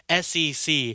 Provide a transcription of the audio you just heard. SEC